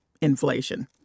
inflation